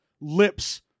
lips